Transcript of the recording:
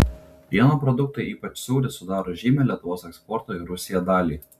pieno produktai ypač sūris sudaro žymią lietuvos eksporto į rusiją dalį